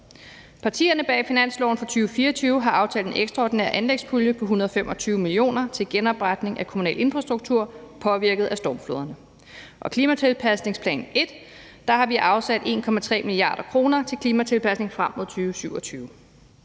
Partierne bag finansloven fra 2024 har aftalt en ekstraordinær anlægspulje på 125 mio. kr. til genopretning af kommunal infrastruktur påvirket af stormfloderne, og i klimatilpasningsplan 1 har vi afsat 1,3 mia. kr. til klimatilpasning frem mod 2027.